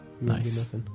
Nice